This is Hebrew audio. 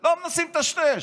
לא מנסים לטשטש.